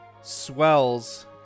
swells